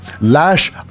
Lash